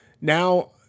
now